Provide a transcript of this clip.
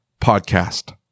podcast